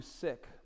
sick